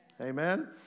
Amen